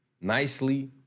Nicely